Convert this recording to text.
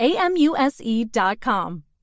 amuse.com